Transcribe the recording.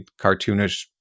cartoonish